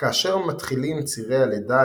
כאשר מתחילים צירי הלידה,